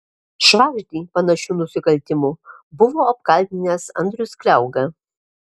švagždį panašiu nusikaltimu buvo apkaltinęs andrius kliauga